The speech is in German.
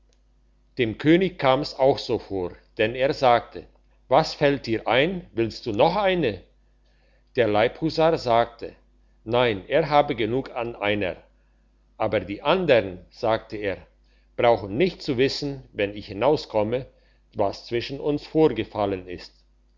dem könig kam's auch so vor denn er sagte was fällt dir ein willst du noch eine der leibhusar sagte nein er habe genug an einer aber die andern sagte er brauchen nicht zu wissen wenn ich hinauskomme was zwischen uns vorgefallen ist